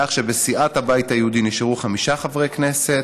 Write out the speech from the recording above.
כך שבסיעת הבית היהודי נשארו חמישה חברי כנסת,